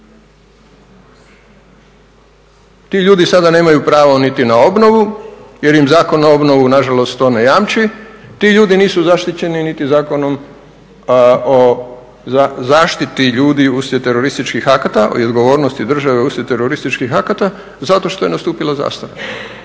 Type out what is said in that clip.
Ti ljudi sada nemaju pravo niti na obnovu jer im Zakon o obnovi nažalost to ne jamči, ti ljudi nisu zaštićeni niti Zakonom o zaštiti ljudi uslijed terorističkih akata i odgovornosti države uslijed terorističkih akata zato što je nastupila zastara,